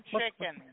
Chicken